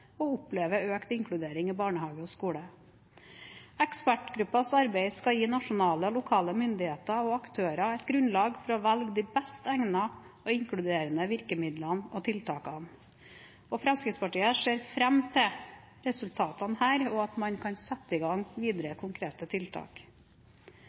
og opplever økt inkludering i barnehage og skole. Ekspertgruppens arbeid skal gi nasjonale og lokale myndigheter og aktører et grunnlag for å velge de best egnede og mest inkluderende virkemidlene og tiltakene, og Fremskrittspartiet ser fram til resultatene her og at man kan sette i gang videre